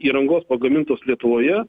įrangos pagamintos lietuvoje